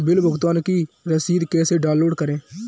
Bill भुगतान की रसीद कैसे डाउनलोड करें?